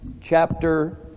chapter